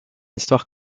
histoire